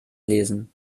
lesen